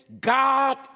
God